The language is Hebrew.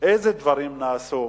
אילו דברים נעשו,